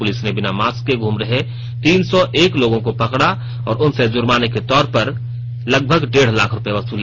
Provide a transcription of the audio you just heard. police ने बिना mask के घूम रहे तीन सौ एक लोगों को पकड़ा और उनर्से जुर्माने के तौर पर लगभग डेढ़ लाख रुपए वसूले